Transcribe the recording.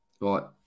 Right